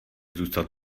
zůstat